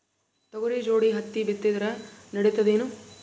ತೊಗರಿ ಜೋಡಿ ಹತ್ತಿ ಬಿತ್ತಿದ್ರ ನಡಿತದೇನು?